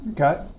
Okay